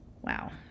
Wow